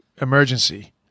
emergency